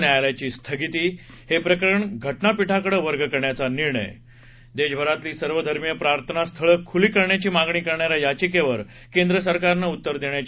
न्यायालयाची स्थगिती हे प्रकरण घटनापीठाकडं वर्ग करण्याचा निर्णय देशभरतली सर्वधर्मीय प्रार्थना स्थळं खुली करण्याची मागणी करणाऱ्या याचिकेवर केंद्रसरकारनं उत्तर देण्याचे